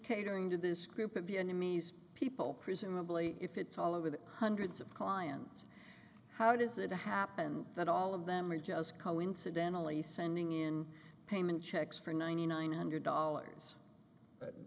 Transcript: catering to this group of vietnamese people presumably if it's all over the hundreds of clients how does it happen that all of them are just coincidentally sending in payment checks for ninety nine hundred dollars